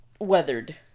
weathered